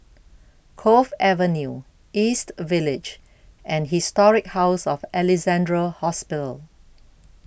Cove Avenue East Village and Historic House of Alexandra Hospital